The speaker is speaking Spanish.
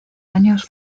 años